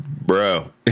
bro